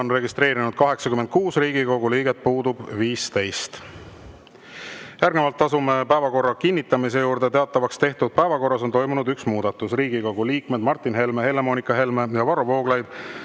on registreerunud 86 Riigikogu liiget, puudub 15. Järgnevalt asume päevakorra kinnitamise juurde. Teatavaks tehtud päevakorras on toimunud üks muudatus: Riigikogu liikmed Martin Helme, Helle-Moonika Helme ja Varro Vooglaid